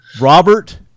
Robert